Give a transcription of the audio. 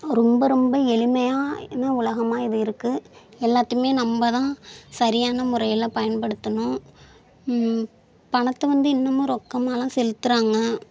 ரொம்ப ரொம்ப எளிமையான உலகமாக இது இருக்குது எல்லாத்தையுமே நம்மதான் சரியான முறையில் பயன்படுத்தணும் பணத்தை வந்து இன்னமும் ரொக்கமாகலாம் செலுத்துகிறாங்க